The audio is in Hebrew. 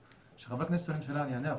כשחבר כנסת שואל שאלה אני אענה,